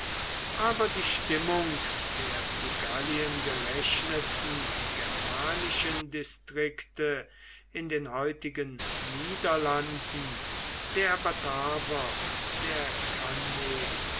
aber die stimmung der zu gallien gerechneten germanischen distrikte in den heutigen niederlanden der bataver der cannenefaten